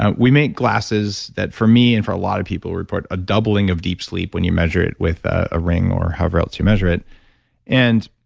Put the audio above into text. and we make glasses that for me and for a lot of people report a doubling of deep sleep when you measure it with a or however else you measure it and